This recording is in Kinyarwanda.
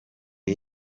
the